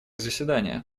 заседания